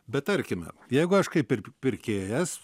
bet tarkime jeigu aš kaip ir p pirkėjas